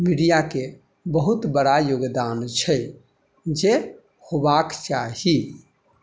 मीडियाके बहुत बड़ा योगदान छै जे होबाक चाही